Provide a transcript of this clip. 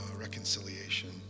reconciliation